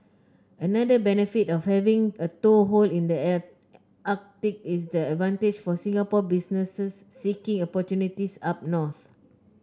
another benefit of having a toehold in the Arctic is the advantage for Singapore businesses seeking opportunities up north